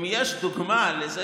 אם יש דוגמה לזה,